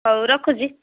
ହଉ ରଖୁଛି